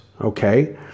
okay